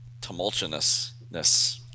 tumultuousness